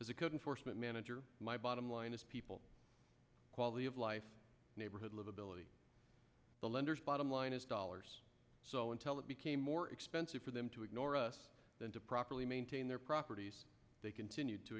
because it couldn't force manager my bottom line is people quality of life neighborhood livability the lenders bottom line is dollars so until that became more expensive for them to ignore us than to properly maintain their properties they continued to